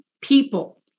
people